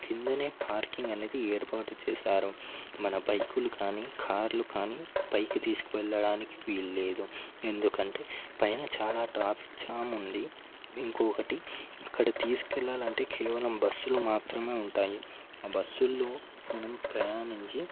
కిందనే పార్కింగ్ అనేది ఏర్పాటు చేశారు మన బైకులు కానీ కార్లు కానీ పైకి తీసుకువెళ్లడానికి వీల్లేదు ఎందుకంటే పైన చాలా ట్రాఫిక్ జామ్ ఉంది ఇంకొకటి అక్కడ తీసుకెళ్లాలంటే కేవలం బస్సులు మాత్రమే ఉంటాయి ఆ బస్సుల్లో మనం ప్రయాణించి